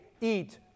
eat